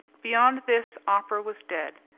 beyond this, opera was dead,